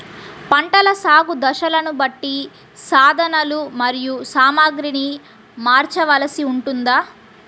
పంటల సాగు దశలను బట్టి సాధనలు మరియు సామాగ్రిని మార్చవలసి ఉంటుందా?